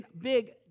big